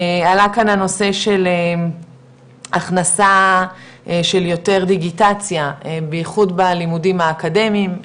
עלה כאן הנושא של הכנסה של יותר דיגיטציה בייחוד בלימודים האקדמיים,